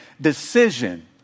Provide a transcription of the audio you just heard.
decision